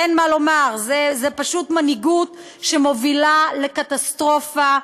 אין מה לומר, זאת פשוט מנהיגות שמובילה לקטסטרופה.